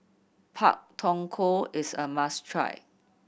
Pak Thong Ko is a must try